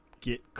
get